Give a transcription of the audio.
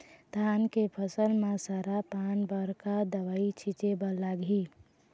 धान के फसल म सरा पान बर का दवई छीचे बर लागिही?